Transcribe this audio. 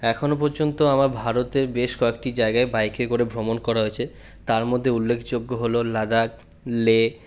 এখনো পর্যন্ত আমার ভারতের বেশ কয়েকটি জায়গায় বাইকে করে ভ্রমণ করা হয়েছে তারমধ্যে উল্লেখযোগ্য হলো লাদাখ লে